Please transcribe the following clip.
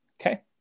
Okay